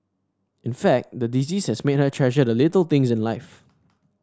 in fact the disease has made her treasure the little things in life